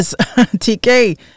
TK